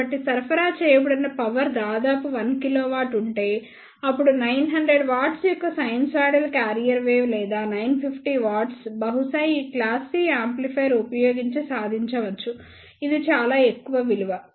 కాబట్టి సరఫరా చేయబడిన పవర్ దాదాపు 1 kW ఉంటే అప్పుడు 900 W యొక్క సైనూసోయిడల్ క్యారియర్ వేవ్ లేదా 950 W బహుశా ఈ క్లాస్ C యాంప్లిఫైయర్ ఉపయోగించి సాధించవచ్చు ఇది చాలా ఎక్కువ విలువ